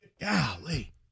Golly